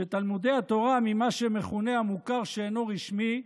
שתלמודי התורה ממה שמכונה "המוכר שאינו רשמי",